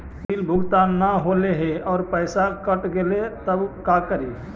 Bill भुगतान न हौले हे और पैसा कट गेलै त का करि?